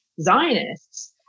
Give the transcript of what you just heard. Zionists